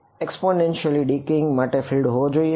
exponentially decaying જોઈએ છે